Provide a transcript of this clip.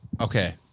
okay